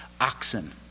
oxen